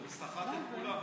הוא סחט את כולם.